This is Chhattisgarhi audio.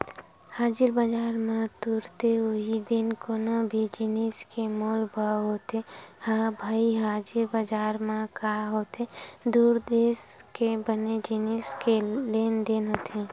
हाजिर बजार म तुरते उहीं दिन कोनो भी जिनिस के मोल भाव होथे ह भई हाजिर बजार म काय होथे दू देस के बने जिनिस के लेन देन होथे